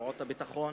זרועות הביטחון